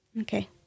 Okay